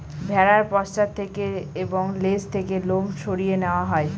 ভেড়ার পশ্চাৎ থেকে এবং লেজ থেকে লোম সরিয়ে নেওয়া হয়